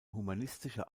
humanistische